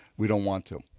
we don't want to.